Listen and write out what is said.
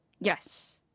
yes